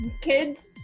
Kids